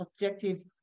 objectives